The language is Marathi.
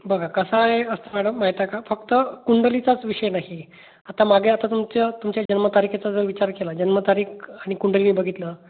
बघा कसं आहे असं मॅडम माहीत आहे का फक्त कुंडलीचाच विषय नाही आता मागे आता तुमचं तुमच्या जन्मतारीखेचा जर विचार केला जन्मतारीख आणि कुंडली बघितली